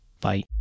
Bye